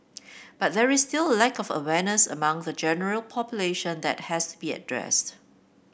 but there is still lack of awareness among the general population that has to be addressed